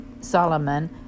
Solomon